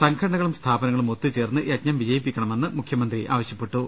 സംഘടനകളും സ്ഥാപനങ്ങളും ഒത്തു ചേർന്ന് യജ്ഞം വിജയിപ്പിക്കണമെന്ന് മുഖ്യമന്ത്രി ആവശ്യപ്പെട്ടു